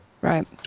Right